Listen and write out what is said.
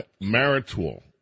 marital